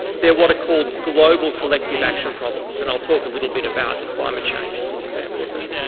they're what are called global collective action problems and i'll talk a little bit about climate change as an example of that.